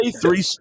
Three